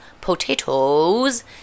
potatoes